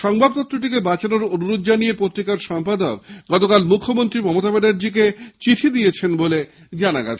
সংবাদপত্রটিকে বাঁচানোর অনুরোধ জানিয়ে পত্রিকার সম্পাদক গতকাল মুখ্যমন্ত্রী মমতা ব্যানার্জীকে চিঠি দিয়েছেন বলে জানা গেছে